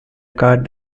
card